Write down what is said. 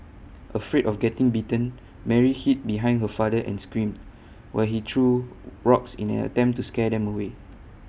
afraid of getting bitten Mary hid behind her father and screamed while he threw rocks in an attempt to scare them away